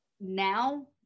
now